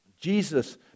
Jesus